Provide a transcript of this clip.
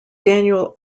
daniel